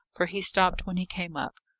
for he stopped when he came up.